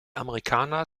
amerikaner